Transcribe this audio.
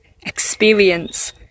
experience